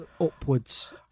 upwards